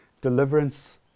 deliverance